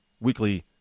weekly